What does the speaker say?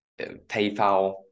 PayPal